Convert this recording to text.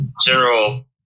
general